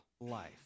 life